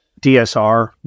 DSR